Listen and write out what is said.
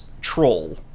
troll